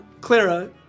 Clara